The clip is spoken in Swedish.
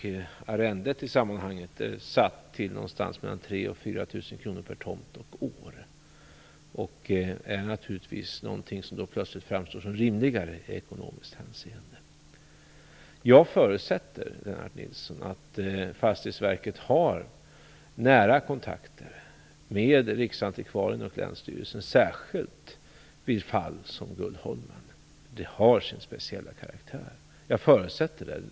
Arrendet är i sammanhanget satt till någonstans mellan 3 000 kr och 4 000 kr per tomt och år. Det är naturligtvis någonting som framstår som rimligare ur ekonomiskt hänseende. Jag förutsätter, Lennart Nilsson, att Fastighetsverket har nära kontakter med riksantikvarien och länsstyrelsen, särskilt i fall som Gullholmen, som ju har sin speciella karaktär. Jag förutsätter det.